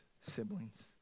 siblings